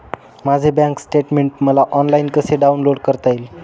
माझे bank statement मला online कसे डाउनलोड करता येईल?